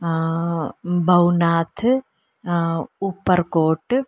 Bhavnath Uparkot